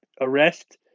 arrest